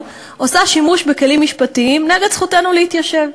עושה שימוש בכלים משפטיים נגד זכותנו להתיישב.